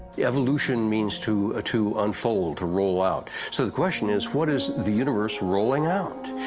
evolution means to to unfold, to roll out. so the question is, what is the universe rolling out?